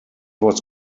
was